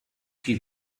qui